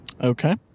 Okay